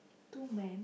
two men